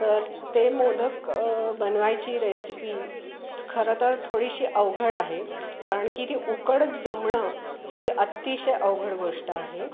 तर ते मोदक बनवायची रेसिपी खरंतर थोडीशी अवघड आहे कारण की ती उकडच जमणं ही अतिशय अवघड गोष्ट आहे